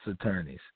attorneys